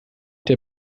der